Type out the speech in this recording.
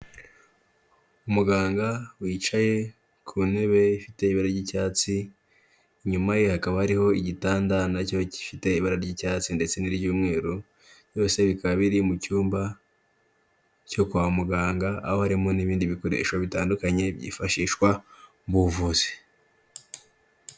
Umuganga wicaye ku ntebe ifite ibara ry'icyatsi, inyuma ye hakaba hariho igitanda na cyo gifite ibara ry'icyatsi ndetse n'iry'umweru, byose bikaba biri mu cyumba cyo kwa muganga, aho harimo n'ibindi bikoresho bitandukanye byifashishwa mu buvuzi.